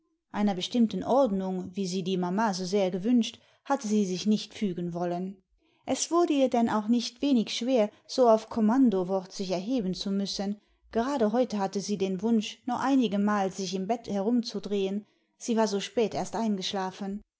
einer bestimmten ordnung wie sie die mama so sehr gewünscht hatte sie sich nicht fügen wollen es wurde ihr denn auch nicht wenig schwer so auf kommandowort sich erheben zu müssen gerade heute hatte sie den wunsch noch einigemal sich im bette herumzudrehen sie war so spät erst eingeschlafen